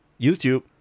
YouTube